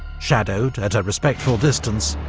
shadowed, at a respectful distance,